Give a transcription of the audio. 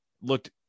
looked